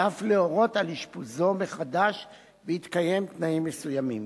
ואף להורות על אשפוזו מחדש בהתקיים תנאים מסוימים.